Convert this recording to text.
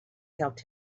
helped